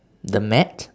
the mat